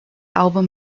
album